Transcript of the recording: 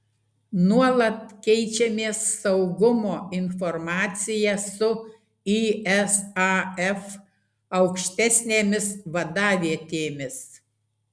nuolat keičiamės saugumo informacija su isaf aukštesnėmis vadavietėmis